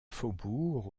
faubourg